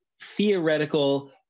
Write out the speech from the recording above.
theoretical